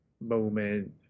moment